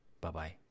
Bye-bye